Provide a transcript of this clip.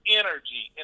energy